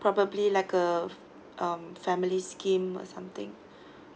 probably like a um family scheme or something